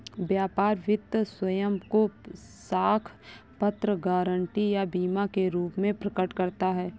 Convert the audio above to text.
व्यापार वित्त स्वयं को साख पत्र, गारंटी या बीमा के रूप में प्रकट करता है